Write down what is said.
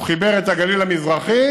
הוא חיבר את הגליל המזרחי